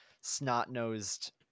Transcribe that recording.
snot-nosed